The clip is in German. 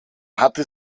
hatte